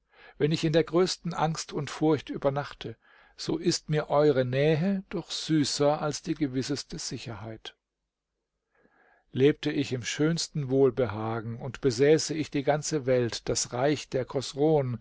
wenn ich in der größten angst und furcht übernachte so ist mir eure nähe doch süßer als die gewisseste sicherheit lebte ich im schönsten wohlbehagen und besäße ich die ganze welt das reich der